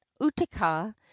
Utica